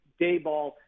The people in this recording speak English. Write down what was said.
Dayball